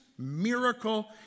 miracle